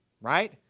right